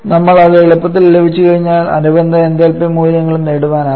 നമുക്ക് അത് എളുപ്പത്തിൽ ലഭിച്ചുകഴിഞ്ഞാൽ അനുബന്ധ എന്തൽപി മൂല്യങ്ങളും നേടാനാകും